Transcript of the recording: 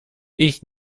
ich